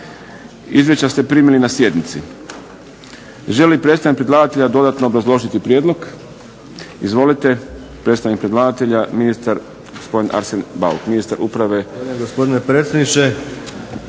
Izvješća ste primili na sjednici. Želi li predstavnik predlagatelja dodatno obrazložiti prijedlog? Izvolite. Predstavnik predlagatelja ministar gospodin Arsen Bauk, ministar uprave.